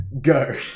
Go